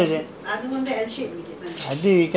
அது அது:athu athu temporary lah அது வந்து:athu vanthu no no